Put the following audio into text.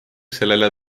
sellele